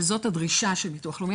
וזאת הדרישה של ביטוח לאומי.